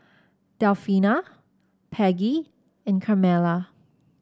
Delfina Peggie and Carmela